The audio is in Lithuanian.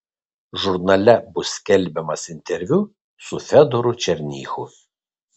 žurnale bus skelbiamas interviu su fedoru černychu